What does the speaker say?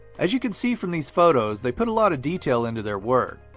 as you can see from these photos, they put a lot of detail into their work.